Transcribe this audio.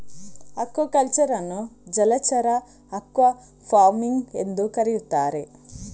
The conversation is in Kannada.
ಅಕ್ವಾಕಲ್ಚರ್ ಅನ್ನು ಜಲಚರ ಅಕ್ವಾಫಾರ್ಮಿಂಗ್ ಎಂದೂ ಕರೆಯುತ್ತಾರೆ